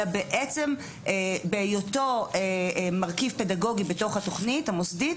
אלא בהיותו מרכיב פדגוגי בתוך התוכנית המוסדית,